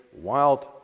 wild